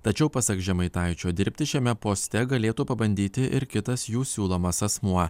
tačiau pasak žemaitaičio dirbti šiame poste galėtų pabandyti ir kitas jų siūlomas asmuo